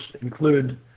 include